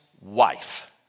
wife